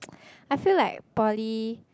I feel like poly